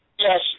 Yes